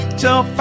till